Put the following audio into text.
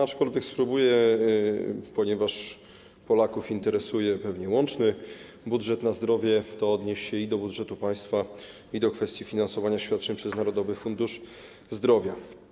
Aczkolwiek spróbuję - ponieważ Polaków interesuje ten łączny budżet na zdrowie - odnieść się i do budżetu państwa, i do kwestii finansowania świadczeń przez Narodowy Fundusz Zdrowia.